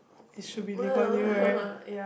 it should be Lee-Kuan-Yew right